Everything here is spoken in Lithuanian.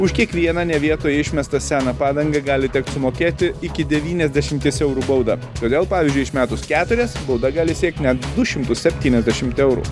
už kiekvieną ne vietoje išmestą seną padangą gali tekt sumokėti iki devyniasdešimties eurų baudą todėl pavyzdžiui išmetus keturias bauda gali siekt net du šimtus septyniasdešimt eurų